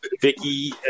Vicky